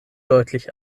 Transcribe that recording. deutlich